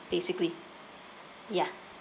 basically ya